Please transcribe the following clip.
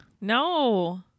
No